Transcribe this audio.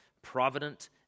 Provident